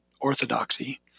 orthodoxy